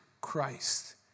Christ